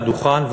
לדוכן,